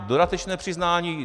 Dodatečné přiznání.